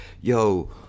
yo